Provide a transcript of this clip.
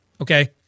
Okay